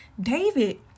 David